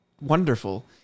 wonderful